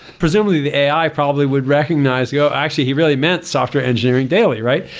presumably the ai probably would recognize though, actually he really meant software engineering daily, right?